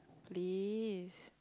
please